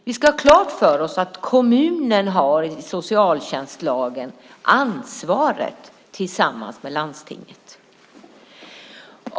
Vi ska ha klart för oss att kommunen enligt socialtjänstlagen har ansvaret tillsammans med landstinget.